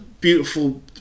beautiful